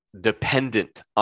dependent